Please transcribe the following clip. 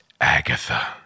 Agatha